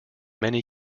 many